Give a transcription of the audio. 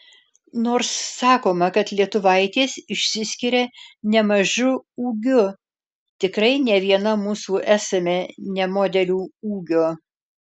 nors sakoma kad lietuvaitės išsiskiria nemažu ūgiu tikrai ne viena mūsų esame ne modelių ūgio